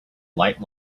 light